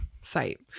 site